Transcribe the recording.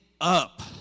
up